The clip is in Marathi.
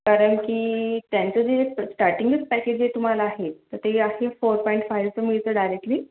कारण की त्यांचं जे स्टार्टींगचं पॅकेज जे तुम्हाला आहे तर ते आहे फोर पॉईंट फाईव्ह तर मिळतं डायरेक्ट्ली